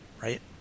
right